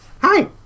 Hi